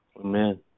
amen